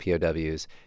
POWs